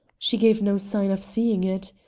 she gave no sign of seeing it.